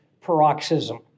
paroxysm